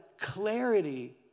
clarity